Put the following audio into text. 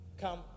Come